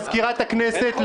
מזכירת הכנסת,